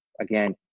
again